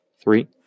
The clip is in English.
Three